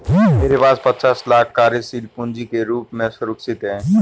मेरे पास पचास लाख कार्यशील पूँजी के रूप में सुरक्षित हैं